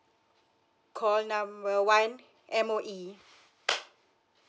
call number wine M_O_E